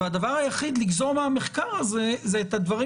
והדבר היחיד לגזור מהמחקר הזה זה את הדברים